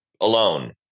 alone